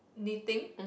knitting